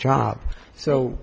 job so